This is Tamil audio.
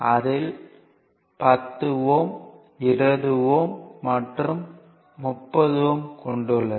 அதில் 10 Ω 20 Ω மற்றும் 30 Ω கொண்டுள்ளது